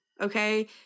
Okay